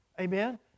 Amen